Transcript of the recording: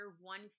one